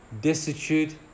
destitute